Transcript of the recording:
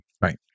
right